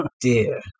dear